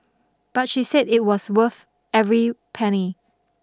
but she said it was worth every penny